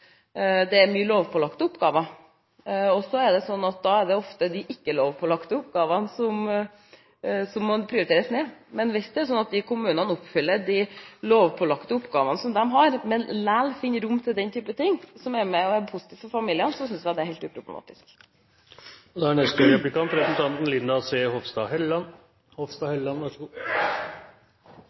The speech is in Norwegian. det er de ikke-lovpålagte oppgavene som må prioriteres ned. Men hvis det er sånn at de kommunene oppfyller de lovpålagte oppgavene som de har, og likevel finner rom til den type ting, som er positivt for familiene, synes jeg det er helt uproblematisk. Først vil jeg gi ros til representanten